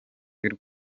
y’u